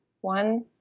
one